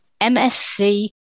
MSC